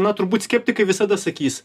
na turbūt skeptikai visada sakys